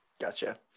Gotcha